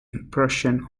impression